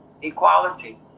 equality